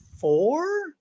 four